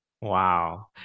wow